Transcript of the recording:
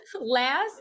last